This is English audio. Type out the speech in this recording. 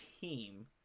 team